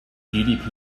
gdp